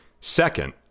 second